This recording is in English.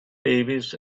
babies